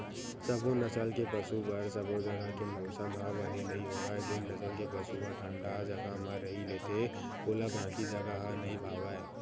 सबो नसल के पसु बर सबो जघा के मउसम ह बने नइ होवय जेन नसल के पसु ह ठंडा जघा म रही लेथे ओला बाकी जघा ह नइ भावय